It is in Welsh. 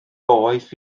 boeth